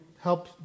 help